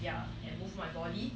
yeah and move my body